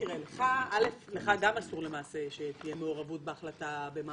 לך גם אסור שתהיה מעורבות בהחלטה במה